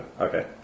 okay